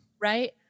Right